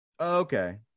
Okay